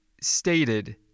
stated